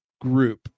group